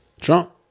Trump